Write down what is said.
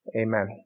Amen